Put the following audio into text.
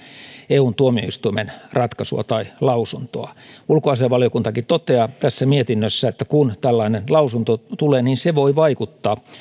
eun tuomioistuimen ratkaisua tai lausuntoa ulkoasiainvaliokuntakin toteaa tässä mietinnössä että kun tällainen lausunto tulee niin se voi vaikuttaa